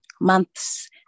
months